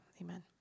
amen